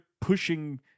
pushing